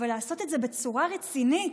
אבל לעשות את זה בצורה רצינית.